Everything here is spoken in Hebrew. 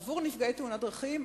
עבור נפגעי תאונות דרכים,